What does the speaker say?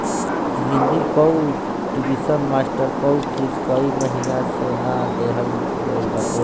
हिंदी कअ tuition master कअ fees कई महिना से ना देहल गईल बाटे